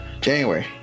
January